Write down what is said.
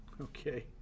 Okay